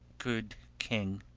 good king,